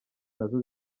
nazo